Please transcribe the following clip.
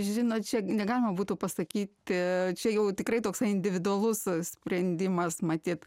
žinot čia negalima būtų pasakyti čia jau tikrai toksai individualus sprendimas matyt